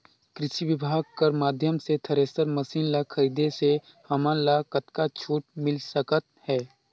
कृषि विभाग कर माध्यम से थरेसर मशीन ला खरीदे से हमन ला कतका छूट मिल सकत हे?